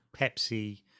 Pepsi